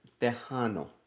Tejano